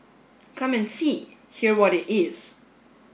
come and see hear what it is